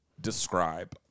describe